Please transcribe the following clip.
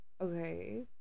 Okay